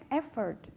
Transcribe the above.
effort